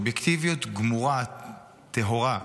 אובייקטיביות גמורה וטהורה,